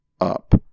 up